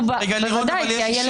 ודאי.